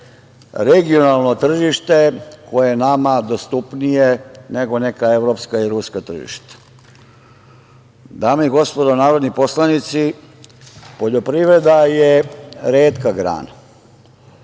regionalno tržište, koje je nama dostupnije nego neka evropska i ruska tržišta. Dame i gospodo narodni poslanici, poljoprivreda je retka grana.